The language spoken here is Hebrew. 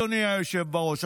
אדוני היושב בראש,